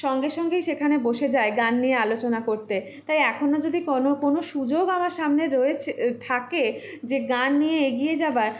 সঙ্গে সঙ্গেই সেখানে বসে যাই গান নিয়ে আলোচনা করতে তাই এখনো যদি কোনো কোনো সুযোগ আমার সামনে রয়েছে থাকে যে গান নিয়ে এগিয়ে যাওয়ার